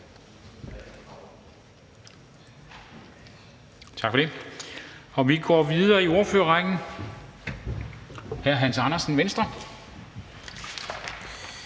bemærkninger. Vi går videre i ordførerrækken til hr. Hans Andersen, Venstre.